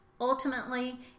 ultimately